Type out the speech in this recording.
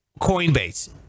Coinbase